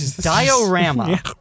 diorama